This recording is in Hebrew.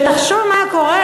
תחשוב מה היה קורה,